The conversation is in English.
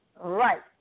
Right